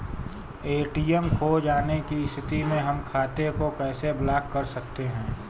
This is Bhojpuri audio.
ए.टी.एम खो जाने की स्थिति में हम खाते को कैसे ब्लॉक कर सकते हैं?